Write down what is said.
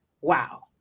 Wow